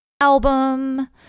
album